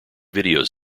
videos